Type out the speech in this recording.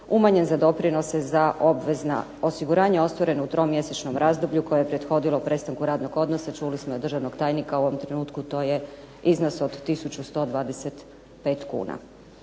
umanjen za doprinose za obvezna osiguranja ostvarena u tromjesečnom razdoblju koje je prethodilo prestanku radnog odnosa, čuli smo i od državnog tajnika, u ovom trenutku to je iznos od tisuću 125 kuna.